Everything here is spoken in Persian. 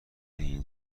این